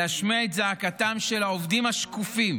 להשמיע את זעקתם של העובדים השקופים